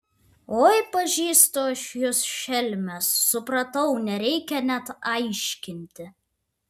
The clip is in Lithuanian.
oi pažįstu aš jus šelmes supratau nereikia net aiškinti